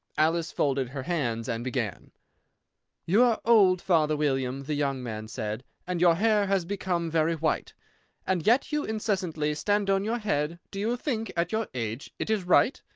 alice folded her hands, and began you are old, father william, the young man said, and your hair has become very white and yet you incessantly stand on your head do you think, at your age, it is right?